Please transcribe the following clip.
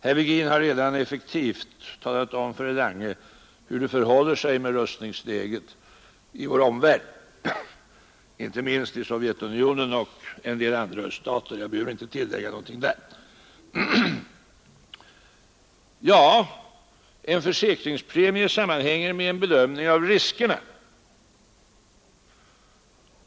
Herr Virgin har redan effektivt talat om för herr Lange hur det förhåller sig med rustningsläget i vår omvärld, inte minst i Sovjetunionen och en del andra öststater; jag behöver inte tillägga någonting på den punkten. En försäkringspremies storlek sammanhänger naturligtvis med bedömningen av riskerna.